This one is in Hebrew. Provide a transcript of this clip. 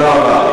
קשור ליהדות?